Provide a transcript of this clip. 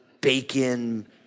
bacon